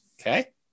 Okay